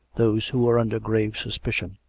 those who were under grave suspicion.